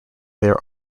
there